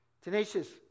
Tenacious